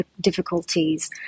difficulties